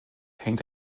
hängt